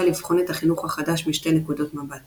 לבחון את החינוך החדש משתי נקודות מבט